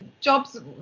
jobs